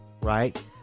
Right